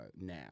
now